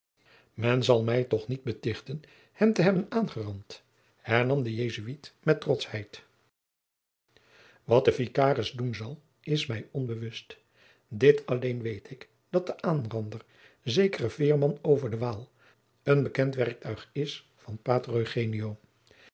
men zal mij toch niet betichten hem te hebben aangerand hernam de jesuit met trotschheid wat de vicaris doen zal is mij onbewust dit alleen weet ik dat de aanrander zekere veerman over de waal een bekend werktuig is van pater